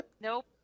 Nope